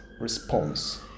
Response